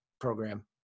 program